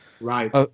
right